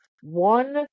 one